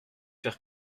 faire